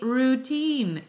routine